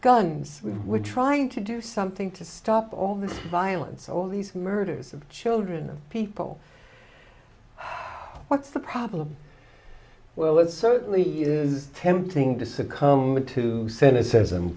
guns we're trying to do something to stop all this violence all these murders of children of people what's the problem well it's certainly tempting to succumb to cynicism